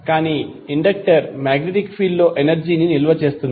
కానీ inductor magnetic field లో energy ని నిల్వ చేస్తుంది